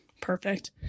Perfect